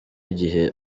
igihe